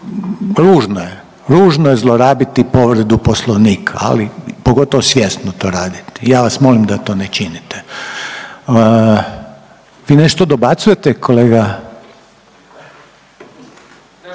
ružno je, ružno je zlorabiti povredu Poslovnika, ali, pogotovo svjesno to raditi, ja vas molim da to ne činite. Vi nešto dobacujete kolega?